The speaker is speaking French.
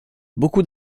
beaucoup